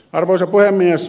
arvoisa puhemies